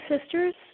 sisters